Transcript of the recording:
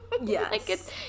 Yes